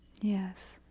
Yes